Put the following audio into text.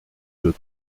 deux